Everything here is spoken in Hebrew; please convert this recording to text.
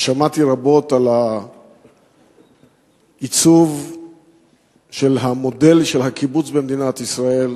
ושמעתי רבות על עיצוב המודל של הקיבוץ במדינת ישראל,